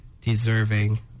deserving